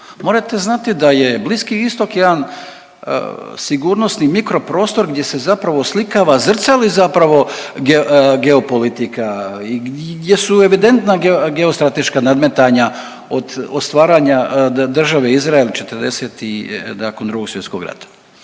Morate znati da je Bliski Istok jedan sigurnosni mikroprostor gdje se zapravo oslikava zrcali zapravo geopolitika i gdje su evidentna geostrateška nadmetanja od stvaranje države Izrael 40 i nakon Drugog svjetskog rata.